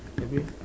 every